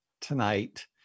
tonight